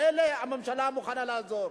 לאלה הממשלה מוכנה לעזור.